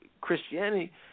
Christianity